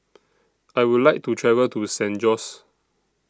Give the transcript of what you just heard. I Would like to travel to San Jose